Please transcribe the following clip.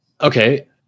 Okay